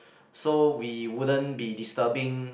so we wouldn't be disturbing